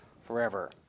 forever